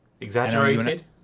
Exaggerated